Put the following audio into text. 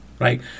Right